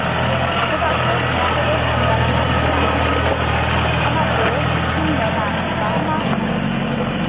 ᱪᱮᱫᱟᱜ ᱥᱮ ᱱᱚᱣᱟ ᱠᱚᱫᱚ ᱧᱮᱞ ᱟᱠᱟᱱ ᱜᱮᱭᱟ ᱚᱱᱟᱛᱮ ᱤᱧ ᱢᱮᱱᱟ ᱵᱟᱝᱢᱟ